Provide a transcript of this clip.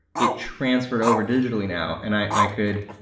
it transferred over digitally now and i could,